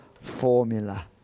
formula